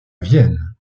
vienne